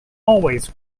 always